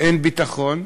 אין ביטחון,